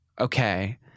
okay